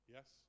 Yes